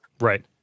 Right